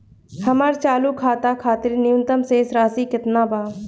हमर चालू खाता खातिर न्यूनतम शेष राशि केतना बा?